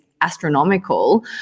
astronomical